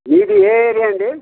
మీది ఏ ఏరియా అండి